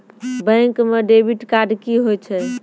Bank म debit card की होय छै?